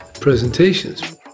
presentations